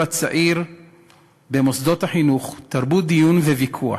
הצעיר במוסדות החינוך תרבות דיון וויכוח,